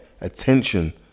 attention